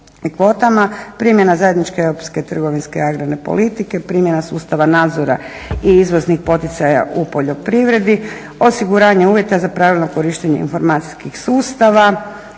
Primjena zajedničke europske trgovinske agrarne politike, primjena sustava nadzora i izvoznih poticaja u poljoprivredi, osiguranja uvjeta za pravilno korištenje informacijskih sustava,